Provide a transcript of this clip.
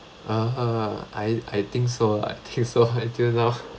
(uh huh) I I think so I think so until now